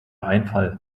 einfall